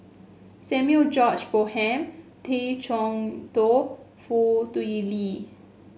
Samuel George Bonham Tay Chee Toh Foo Tui Liew